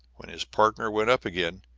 when his partner went up again,